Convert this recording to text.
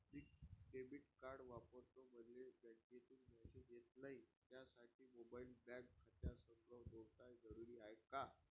मी debit card वापरतो मले बँकेतून मॅसेज येत नाही, त्यासाठी मोबाईल बँक खात्यासंग जोडनं जरुरी हाय का?